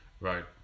Right